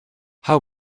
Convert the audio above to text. how